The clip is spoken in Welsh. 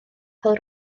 pêl